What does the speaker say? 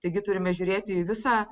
taigi turime žiūrėti į visą